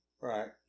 Right